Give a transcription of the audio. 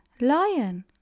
Lion